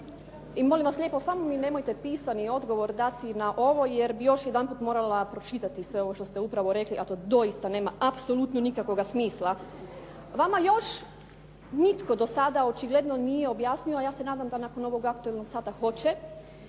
I molim vas lijepo samo mi nemojte pisani odgovor dati na ovo, jer bi još jedanput morala pročitati sve ovo što ste upravo rekli, a to doista nema apsolutno nikakvoga smisla. Vama još nitko do sada očigledno nije objasnio, a ja se nadam da nakon ovog aktualnog sata hoće,